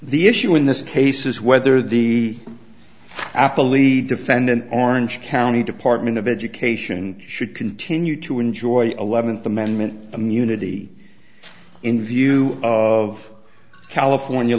the issue in this case is whether the apple e defendant orange county department of education should continue to enjoy eleventh amendment i'm unity in view of california